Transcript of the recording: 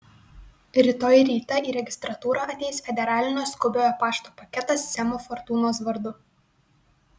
rytoj rytą į registratūrą ateis federalinio skubiojo pašto paketas semo fortūnos vardu